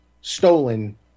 stolen